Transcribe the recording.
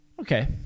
Okay